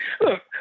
Look